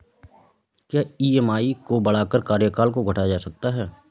क्या ई.एम.आई को बढ़ाकर कार्यकाल को घटाया जा सकता है?